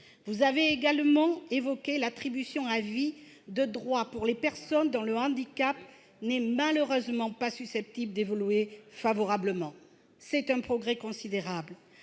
Vous avez également évoqué l'attribution de droits à vie pour les personnes dont le handicap n'est malheureusement pas susceptible d'évoluer favorablement. C'est un progrès considérable